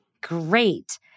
Great